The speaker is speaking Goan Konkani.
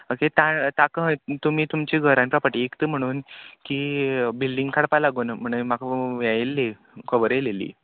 ओके ता ताका तुमी तुमच्या घरान प्रोपर्टी इकता म्हणून की बिल्डींग काडपा लागून म्हणाका हें येयल्ली खबर येयलेली